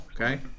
Okay